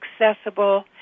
accessible